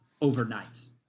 overnight